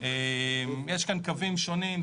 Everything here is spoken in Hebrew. יש כאן קווים שונים,